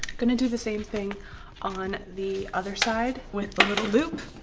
gonna do the same thing on the other side with the little loop